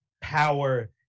power